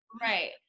Right